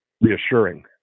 reassuring